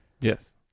Yes